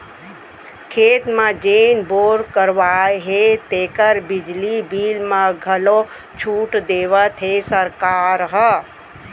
खेत म जेन बोर करवाए हे तेकर बिजली बिल म घलौ छूट देवत हे सरकार ह